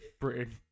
Britain